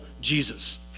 Jesus